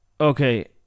Okay